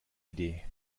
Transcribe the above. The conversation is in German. idee